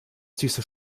dieser